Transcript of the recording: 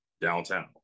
downtown